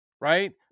right